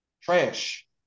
Trash